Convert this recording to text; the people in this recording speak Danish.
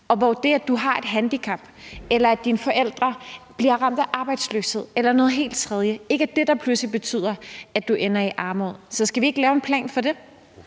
og hvor det, at du har et handicap, eller at dine forældre bliver ramt af arbejdsløshed eller noget helt tredje, ikke er det, der pludselig betyder, at du ender i armod. Så skal vi ikke lave en plan for det?